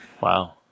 wow